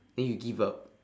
then you give up